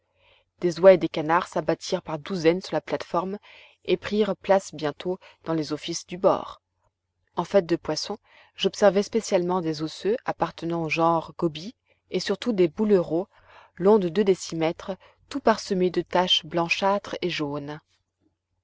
des oies et des canards s'abattirent par douzaines sur la plate-forme et prirent place bientôt dans les offices du bord en fait de poissons j'observai spécialement des osseux appartenant au genre gobie et surtout des boulerots longs de deux décimètres tout parsemés de taches blanchâtres et jaunes